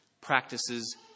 practices